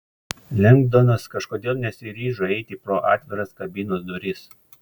lengdonas kažkodėl nesiryžo eiti pro atviras kabinos duris